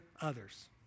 others